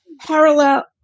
parallel